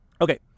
Okay